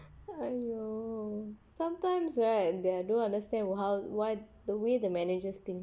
!aiyo! sometimes right they I don't understand how why the way the managers think